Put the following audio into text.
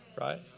Right